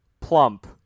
Plump